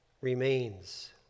remains